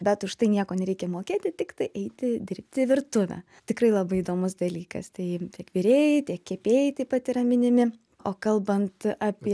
bet už tai nieko nereikia mokėti tiktai eiti dirbti į virtuvę tikrai labai įdomus dalykas tai tiek virėjai tiek kepėjai taip pat yra minimi o kalbant apie